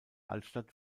altstadt